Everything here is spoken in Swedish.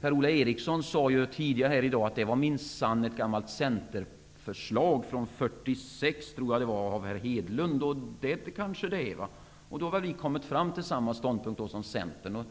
Per Ola Eriksson sade tidigare i dag att det minsann är ett gammalt centerförslag - väckt av herr Hedlund 1946, tror jag. Så är det kanske. I så fall har vi kommit fram till samma ståndpunkt som Centern.